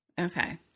Okay